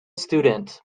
student